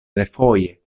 refoje